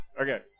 Okay